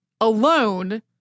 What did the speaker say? alone